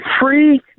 free